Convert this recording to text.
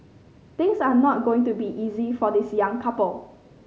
things are not going to be easy for this young couple